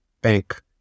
bank